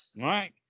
Right